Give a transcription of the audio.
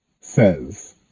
says